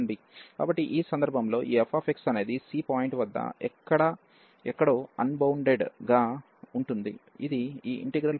కాబట్టి ఈ సందర్భంలో ఈ f అనేది c పాయింట్ వద్ద ఎక్కడో అన్బౌండెడ్ గా ఉంటుంది ఇది ఈ ఇంటిగ్రల్ పరిధిలో ఉంటుంది